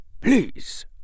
please